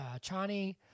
Chani